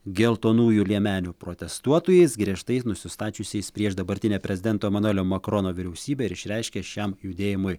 geltonųjų liemenių protestuotojais griežtai nusistačiusiais prieš dabartinę prezidento emanuelio makrono vyriausybę ir išreiškė šiam judėjimui